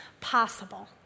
possible